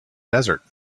desert